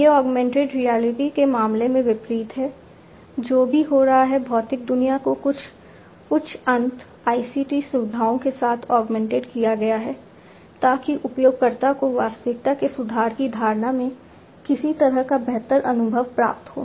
यह augmented reality के मामले में विपरीत है जो भी हो रहा है भौतिक दुनिया को कुछ उच्च अंत ICT सुविधाओं के साथ ऑगमेंटेड किया गया है ताकि उपयोगकर्ता को वास्तविकता के सुधार की धारणा में किसी तरह का बेहतर अनुभव प्राप्त हो